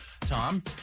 Tom